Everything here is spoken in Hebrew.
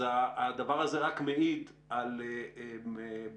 אז הדבר הזה רק מעיד על בלבול,